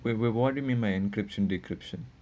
we will be ended with my encryption decryption